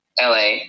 LA